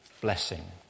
blessing